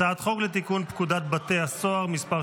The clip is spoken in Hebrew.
הצעת חוק לתיקון פקודת בתי הסוהר (מס'